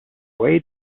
way